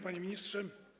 Panie Ministrze!